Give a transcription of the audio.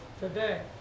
today